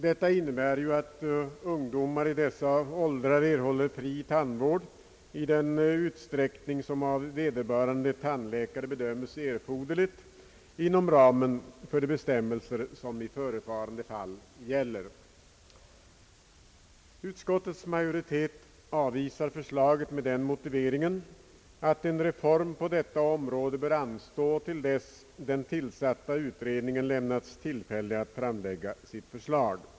Detta innebär att ungdomar i dessa åldrar skall erhålla fri tandvård i den utsträckning som vederbörande tandläkare bedömer erforderlig inom ramen för de bestämmelser, som i förevarande fall gäller. Utskottets majoritet avvisar förslaget med den motiveringen, att en reform på detta område bör anstå intill dess den tillsatta utredningen lämnats tillfälle att framlägga sitt förslag.